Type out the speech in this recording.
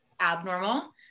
abnormal